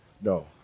No